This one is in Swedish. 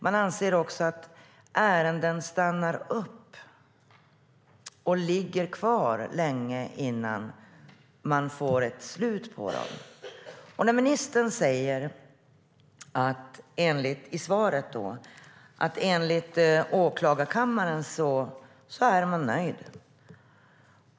Man anser också att ärenden stannar upp och ligger kvar länge innan man får ett slut på dem. Ministern säger i sitt svar att åklagarkammaren är nöjd.